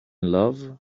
love